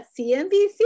CNBC